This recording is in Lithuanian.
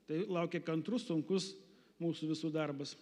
tai laukia kantrus sunkus mūsų visų darbas